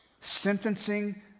sentencing